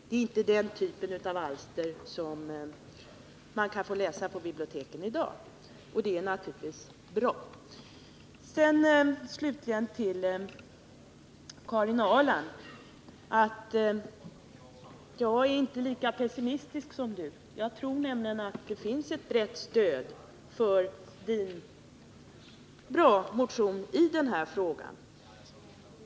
Det är inte den typen av alster som man kan få läsa på biblioteken i dag, och det är naturligtvis bra. Jag vill slutligen säga till Karin Ahrland att jag inte är lika pessimistisk som hon. Jag tror nämligen att det finns ett brett stöd för en bra motion i denna fråga.